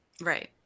Right